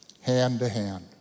hand-to-hand